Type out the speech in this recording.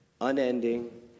unending